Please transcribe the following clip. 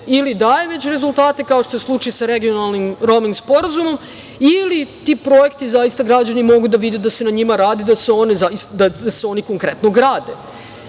već daje rezultate, kao što je slučaj sa regionalnim roming sporazumom ili ti projekti zaista građani mogu da vide da se na njima radi, da se oni konkretno grade. Umesto